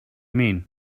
mean